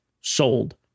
sold